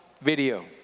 video